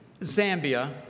Zambia